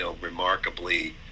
remarkably